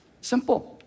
simple